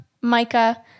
Micah